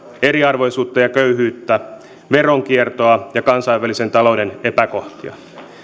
eriarvoisuutta ja köyhyyttä veronkiertoa ja kansainvälisen talouden epäkohtia